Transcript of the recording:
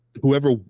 whoever